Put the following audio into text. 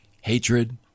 hatred